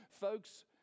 Folks